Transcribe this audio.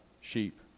sheep